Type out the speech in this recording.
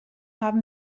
haben